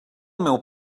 meu